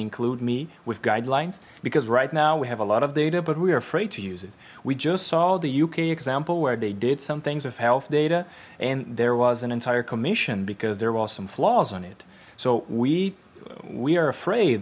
include me with guidelines because right now we have a lot of data but we are afraid to use it we just saw the uk example where they did some things of health data and there was an entire commission because there was some flaws on it so we we are afraid